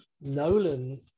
Nolan